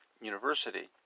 University